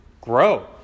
grow